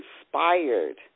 inspired